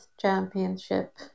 championship